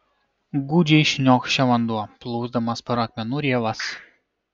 gūdžiai šniokščia vanduo plūsdamas per akmenų rėvas